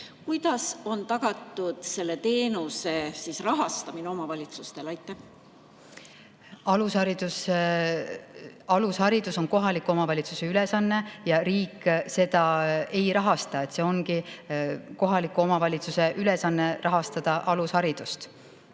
Kuidas on tagatud selle teenuse rahastamine omavalitsustele? Alusharidus on kohaliku omavalitsuse ülesanne ja riik seda ei rahasta. See ongi kohaliku omavalitsuse ülesanne rahastada alusharidust.